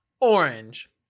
Orange